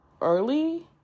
early